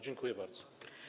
Dziękuję bardzo.